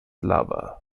lover